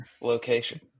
location